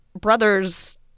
brother's